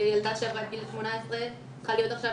ילדה שעברה את גיל 18 צריכה להיות עכשיו